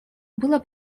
было